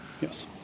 Yes